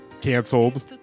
canceled